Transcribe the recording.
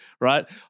right